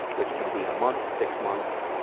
which can be a month, six months,